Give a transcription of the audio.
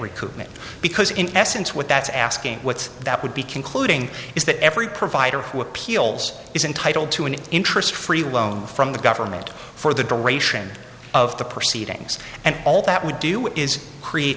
recruitment because in essence what that's asking what's that would be concluding is that every provider who appeals is entitled to an interest free loan from the government for the duration of the proceedings and all that would do is create